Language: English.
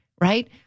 Right